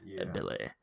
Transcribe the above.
ability